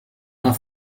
our